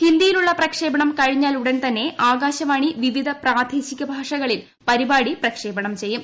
ഹിന്ദിയിലുള്ള പ്രക്ഷേപണം കഴിഞ്ഞാൽ ഉടൻ തന്നെ ആകാശവാണി വിവിധ പ്രാദേശിക ഭാഷകളിൽ പരിപാടി പ്രക്ഷേപണം ചെയ്യും